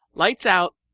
lights out.